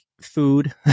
food